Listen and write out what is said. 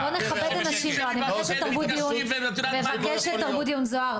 אני מבקשת תרבות דיון זהר,